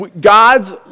God's